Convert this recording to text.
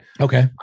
Okay